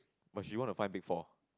but she want to find big four